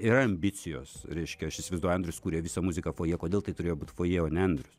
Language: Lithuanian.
yra ambicijos reiškia aš įsivaizduoju andrius kūrė visą muziką fojė kodėl tai turėjo būt fojė o ne andrius